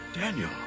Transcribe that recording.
Daniel